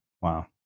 Wow